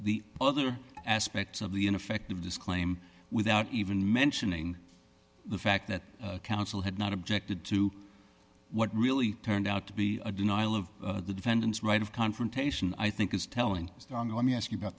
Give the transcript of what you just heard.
the other aspects of the in effect of this claim without even mentioning the fact that counsel had not objected to what really turned out to be a denial of the defendant's right of confrontation i think is telling john let me ask you about